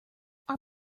our